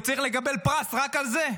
הוא צריך לקבל פרס רק על זה.